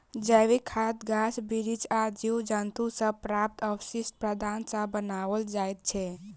जैविक खाद गाछ बिरिछ आ जीव जन्तु सॅ प्राप्त अवशिष्ट पदार्थ सॅ बनाओल जाइत छै